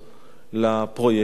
לפרויקט הזה.